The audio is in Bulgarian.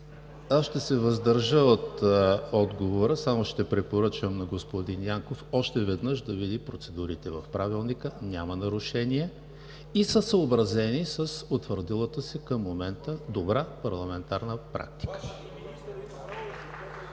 Ще се въздържа от отговор, само ще препоръчам на господин Янков още веднъж да види процедурите в Правилника. Няма нарушение и са съобразени с утвърдилата се към момента добра парламентарна практика.